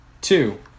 two